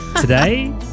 Today